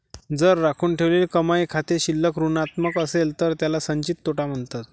जर राखून ठेवलेली कमाई खाते शिल्लक ऋणात्मक असेल तर त्याला संचित तोटा म्हणतात